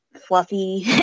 fluffy